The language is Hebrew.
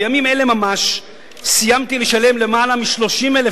בימים אלה ממש סיימתי לשלם למעלה מ-30,000